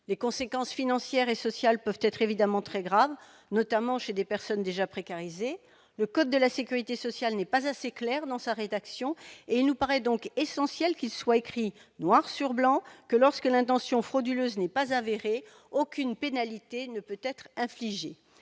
Les conséquences financières et sociales peuvent être évidemment très graves, notamment pour des personnes déjà précarisées. La rédaction du code de la sécurité sociale n'étant pas assez claire, il nous paraît essentiel qu'il soit écrit noir sur blanc que lorsque l'intention frauduleuse n'est pas avérée, aucune pénalité ne peut être infligée.